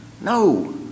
No